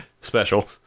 special